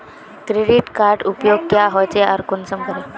Credit कार्डेर उपयोग क्याँ होचे आर कुंसम करे?